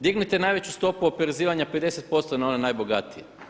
Dignite najveću stopu oporezivanja 50% na one najbogatije.